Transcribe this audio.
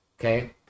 Okay